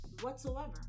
whatsoever